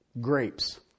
grapes